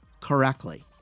correctly